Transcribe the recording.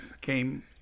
came